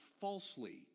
falsely